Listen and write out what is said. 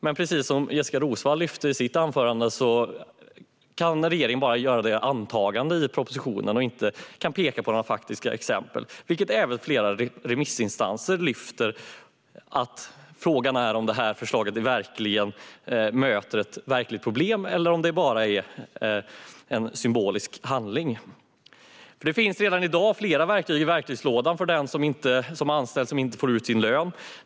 Men precis som Jessika Roswall lyfte fram i sitt anförande kan regeringen bara göra det antagandet i propositionen och inte peka på några faktiska exempel. Även flera remissinstanser lyfter fram att frågan är om det här förslaget möter ett verkligt problem eller om det bara är en symbolisk handling. Det finns redan i dag flera verktyg i verktygslådan för den som är anställd och som inte får ut sin lön.